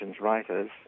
writers